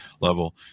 level